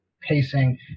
pacing